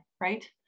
right